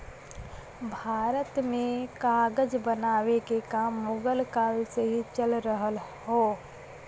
भारत में कागज बनावे के काम मुगल काल से ही चल रहल हौ